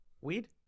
weed